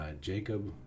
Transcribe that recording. Jacob